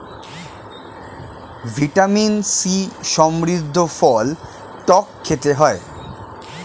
vitamin C সমৃদ্ধ ফল টক খেতে হয়